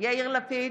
יאיר לפיד,